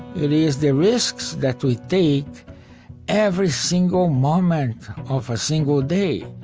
it is the risks that we take every single moment of a single day